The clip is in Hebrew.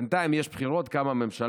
בינתיים יש בחירות, קמה ממשלה.